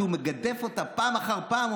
שהוא מגדף אותה פעם אחר פעם,